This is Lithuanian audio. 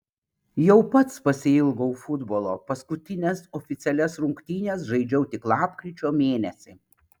jau pats pasiilgau futbolo paskutines oficialias rungtynes žaidžiau tik lapkričio mėnesį